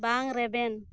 ᱵᱟᱝ ᱨᱮᱵᱮᱱ